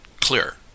clear